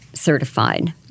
Certified